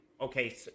okay